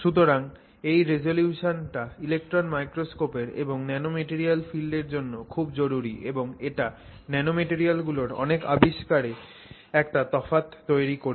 সুতরাং এই রিজোলিউশনটা ইলেক্ট্রন মাইক্রোস্কোপের এবং ন্যানোম্যাটেরিয়াল ফিল্ডের জন্য খুব জরুরি এবং এটা ন্যানোম্যাটরিয়াল গুলোর অনেক আবিষ্কারে একটা তফাৎ তৈরি করেছে